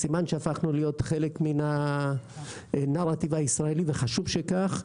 סימן שהפכנו להיות חלק מן הנרטיב הישראלי וחשוב שכך.